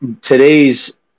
today's